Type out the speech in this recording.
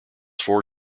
four